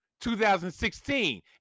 2016